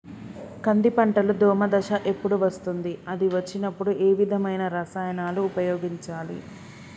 కంది పంటలో దోమ దశ ఎప్పుడు వస్తుంది అది వచ్చినప్పుడు ఏ విధమైన రసాయనాలు ఉపయోగించాలి?